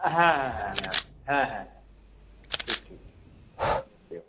হ্যাঁ হ্যাঁ আমি আসছি হ্যাঁ হ্যাঁ ঠিক ঠিক ওকে ওকে